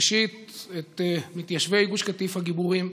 ראשית את מתיישבי גוש קטיף הגיבורים,